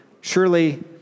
surely